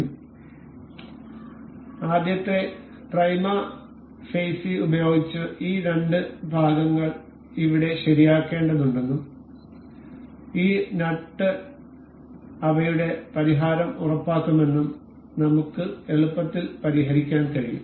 അതിനാൽ ആദ്യത്തെ പ്രൈമ ഫെയ്സി ഉപയോഗിച്ച് ഈ രണ്ട് ഭാഗങ്ങൾ ഇവിടെ ശരിയാക്കേണ്ടതുണ്ടെന്നും ഈ നട്ട് അവയുടെ പരിഹാരം ഉറപ്പാക്കുമെന്നും നമുക്ക് എളുപ്പത്തിൽ പരിഹരിക്കാൻ കഴിയും